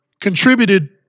contributed